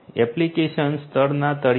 application સ્તરના તળિયે